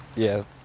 yeah.